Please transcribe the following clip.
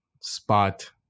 spot